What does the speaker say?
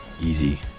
easy